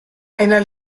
einer